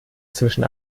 zwischen